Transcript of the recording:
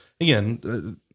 again